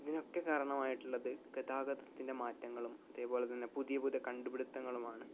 ഇതിനൊക്കെ കാരണമായിട്ടുള്ളത് ഗതാഗതത്തിൻ്റെ മാറ്റങ്ങളും അതേപോലെ തന്നെ പുതിയ പുതിയ കണ്ടുപിടുത്തങ്ങളുമാണ്